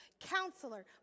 Counselor